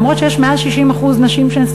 אף-על-פי שיש יותר מ-60% סטודנטיות,